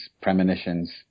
premonitions